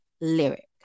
lyric